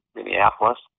Minneapolis